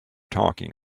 talking